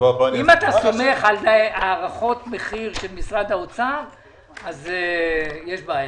אם אתה סומך על הערכות מחיר של משרד האוצר אז יש בעיה.